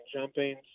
jumping